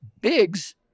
Biggs